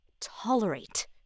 tolerate